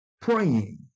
praying